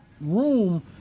room